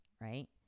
right